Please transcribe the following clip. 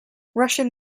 russian